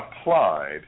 applied